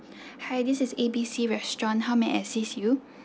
hi this is A_B_C restaurant how may I assist you